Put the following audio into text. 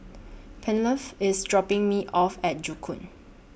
IS dropping Me off At Joo Koon